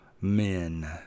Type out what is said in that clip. men